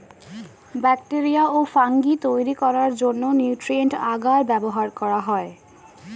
bacteria এবং fungi তৈরি করার জন্য নিউট্রিয়েন্ট আগার ব্যবহার করা হয়